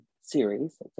series